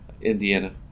Indiana